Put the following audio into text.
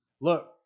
look